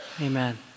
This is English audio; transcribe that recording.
amen